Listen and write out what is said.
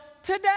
Today